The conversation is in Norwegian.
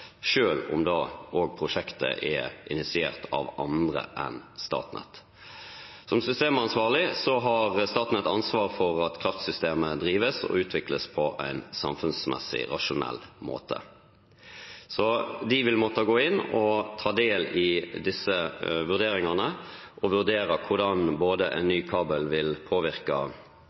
om prosjektet er initiert av andre enn Statnett. Som systemansvarlig har Statnett ansvar for at kraftsystemet drives og utvikles på en samfunnsmessig rasjonell måte. I realiteten er det vanskelig å høste erfaringer før de forbindelsene som er under bygging, faktisk er etablert, og at en også gjennom det ser hvordan